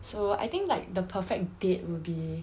so I think like the perfect date would be